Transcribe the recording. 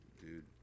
dude